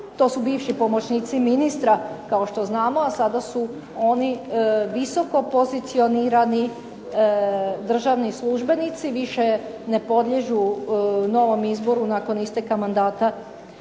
To su bivši pomoćnici ministra kao što znamo, a sada su oni visokopozicionirani državni službenici. Više ne podliježu novom izboru nakon isteka mandata